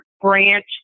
Branch